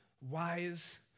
wise